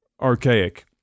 archaic